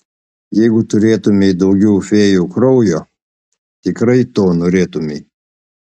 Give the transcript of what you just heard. jeigu turėtumei daugiau fėjų kraujo tikrai to norėtumei